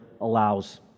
allows